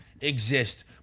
exist